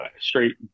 straight